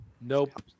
nope